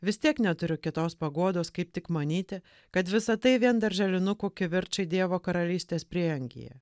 vis tiek neturiu kitos paguodos kaip tik manyti kad visa tai vien darželinukų kivirčai dievo karalystės prieangyje